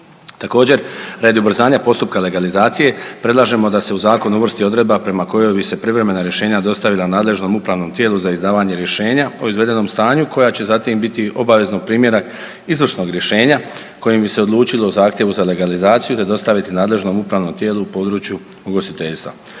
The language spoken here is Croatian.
Također, radi ubrzanja postupka legalizacije predlažemo da se u zakon uvrsti odredba prema kojoj bi se privremena rješenja dostavila nadležnom upravnom tijelu za izdavanje rješenja o izvedenom stanju koja će zatim biti obavezno primjerak izvršnog rješenja kojim bi se odlučilo o zahtjevu za legalizaciju te dostaviti nadležnom upravnom tijelu u području ugostiteljstva.